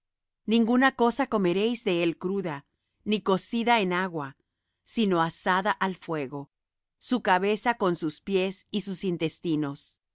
ninguna cosa comeréis de él cruda ni cocida en agua sino asada al fuego su cabeza con sus pies y sus intestinos